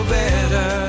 better